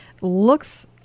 looks